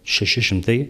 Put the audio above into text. šeši šimtai